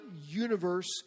universe